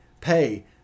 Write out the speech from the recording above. pay